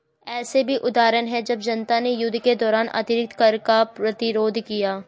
ऐसे भी उदाहरण हैं जब जनता ने युद्ध के दौरान अतिरिक्त कर का प्रतिरोध किया